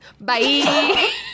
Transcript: Bye